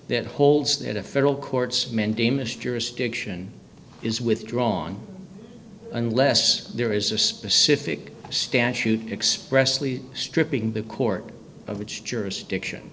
that holds that a federal court's mandamus jurisdiction is withdrawn unless there is a specific statute expressly stripping the court of its jurisdiction